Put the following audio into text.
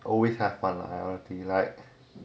always have lah one like